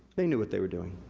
they knew what they were doing.